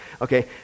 okay